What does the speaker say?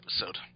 episode